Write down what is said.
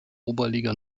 oberliga